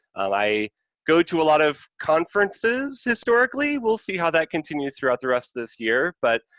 i go to a lot of conferences historically, we'll see how that continues throughout the rest of this year, but,